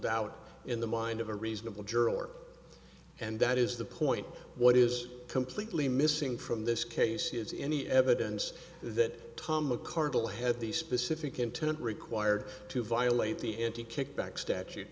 doubt in the mind of a reasonable juror and that is the point what is completely missing from this case is any evidence that tom mcardle had the specific intent required to violate the anti kickback statute